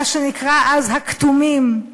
מה שנקרא אז הכתומים,